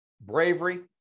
Bravery